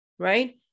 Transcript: Right